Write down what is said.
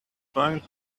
going